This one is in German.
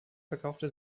verkaufte